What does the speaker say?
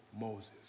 Moses